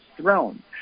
throne